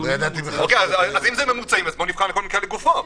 אז בואו נבחן כל מקרה לגופו.